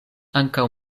ankaŭ